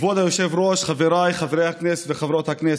כבוד היושב-ראש, חבריי חברי הכנסת וחברות הכנסת,